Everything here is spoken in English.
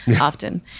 often